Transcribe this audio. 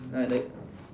ya like